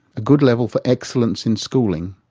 a good level for excellence in schooling.